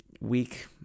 week